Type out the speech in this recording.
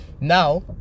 now